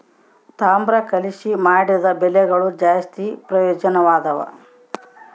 ತಾಮ್ರ ಕಲಿಸಿ ಮಾಡಿದ ಬಲೆಗಳು ಜಾಸ್ತಿ ಪ್ರಯೋಜನದವ